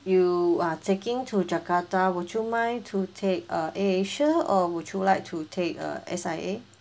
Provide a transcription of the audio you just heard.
you are taking to jakarta would you mind to take uh Air Asia or would you like to take uh S_I_A